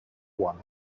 one